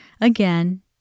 again